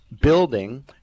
building